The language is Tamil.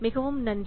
மிகவும் நன்றி